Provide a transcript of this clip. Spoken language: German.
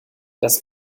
das